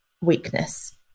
weakness